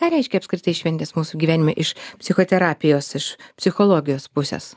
ką reiškia apskritai šventės mūsų gyvenime iš psichoterapijos iš psichologijos pusės